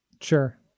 sure